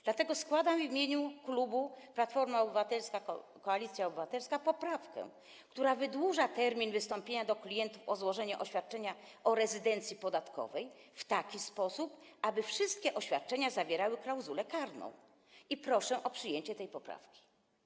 Dlatego składam w imieniu klubu Platforma Obywatelska - Koalicja Obywatelska poprawkę, która wydłuża termin wystąpienia do klientów o złożenie oświadczenia o rezydencji podatkowej w taki sposób, aby wszystkie oświadczenia zawierały klauzulę karną, i proszę o przyjęcie tej poprawki.